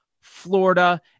Florida